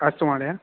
अस्तु महोदय